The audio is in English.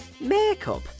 makeup